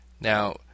Now